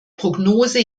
prognose